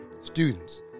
students